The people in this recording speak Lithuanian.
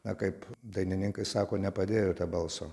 na kaip dainininkai sako nepadėjote balso